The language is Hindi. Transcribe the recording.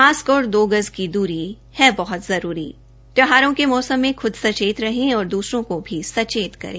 मास्क और दो गज की दूरी है बहुत जरूरी त्यौहारों के मौसम में खुद सचेत रहे और दूसरों को भी सचेत करें